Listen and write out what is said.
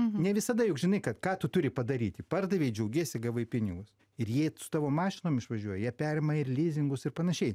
ne visada juk žinai kad ką tu turi padaryti pardavei džiaugiesi gavai pinigus ir jei tavo mašinom išvažiuoja jie perima ir lizingus ir panašiai